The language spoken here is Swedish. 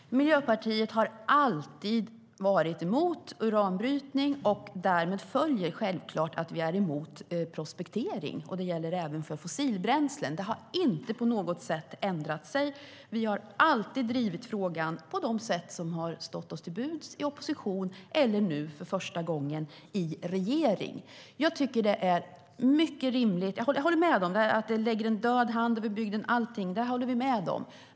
Herr ålderspresident! Miljöpartiet har alltid varit emot uranbrytning. Därmed följer självklart att vi är emot prospektering. Det gäller även för fossilbränslen. Det har inte på något sätt ändrat sig. Vi har alltid drivit frågan på de sätt som har stått oss till buds i opposition eller nu, för första gången, i regering. Jag håller med om att det lägger en död hand över bygden. Det håller vi med om.